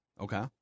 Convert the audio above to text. Okay